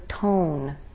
tone